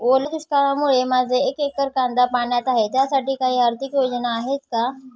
ओल्या दुष्काळामुळे माझे एक एकर कांदा पाण्यात आहे त्यासाठी काही आर्थिक योजना आहेत का?